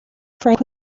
frank